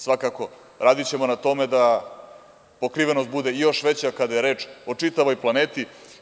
Svakako ćemo raditi na tome da pokrivenost bude još veća kada je reč o čitavoj planeti.